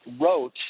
wrote